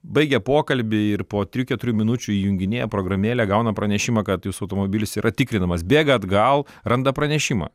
baigė pokalbį ir po trijų keturių minučių įjunginėja programėlę gauna pranešimą kad jūsų automobilis yra tikrinamas bėga atgal randa pranešimą